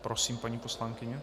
Prosím, paní poslankyně.